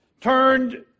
turned